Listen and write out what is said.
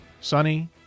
sunny